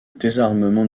désarmement